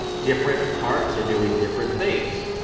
different parts are doing different things,